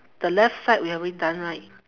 the left side we already done right